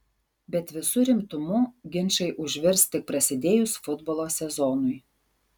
bet visu rimtumu ginčai užvirs tik prasidėjus futbolo sezonui